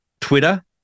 Twitter